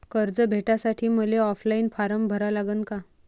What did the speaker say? कर्ज भेटासाठी मले ऑफलाईन फारम भरा लागन का?